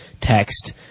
text